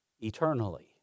eternally